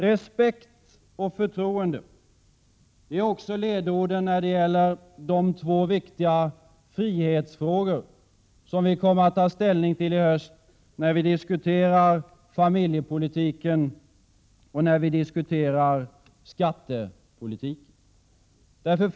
Respekt och förtroende är ledorden när det gäller de två viktiga frihetsfrågor som vi kommer att ta ställning till i höst, i diskussioner om familjepolitiken och om skattepolitiken.